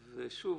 שוב,